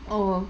oh